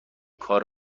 کار